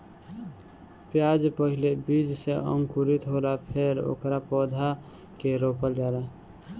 प्याज पहिले बीज से अंकुरित होला फेर ओकरा पौधा के रोपल जाला